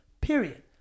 Period